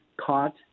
caught